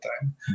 time